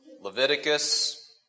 Leviticus